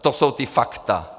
To jsou ta fakta.